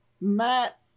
Matt